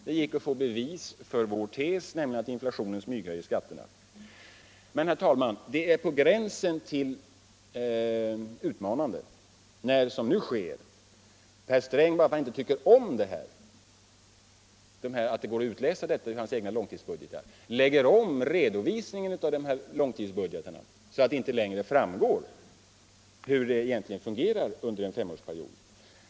Det gick där att få bevis för vår tes, nämligen att inflationen smyghöjer skatterna. Men, herr talman, det är på gränsen till utmanande när herr Sträng nu — bara för att han inte tycker om att det går att utläsa detta ur hans egna långtidsbudgetar — lägger om redovisningen av långtidsbudgetarna så att det inte längre framgår hur det egentligen fungerar under en femårsperiod.